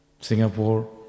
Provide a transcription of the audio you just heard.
Singapore